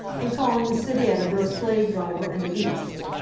and calling the city editor a slave-driver and a beast.